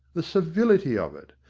the civility of it!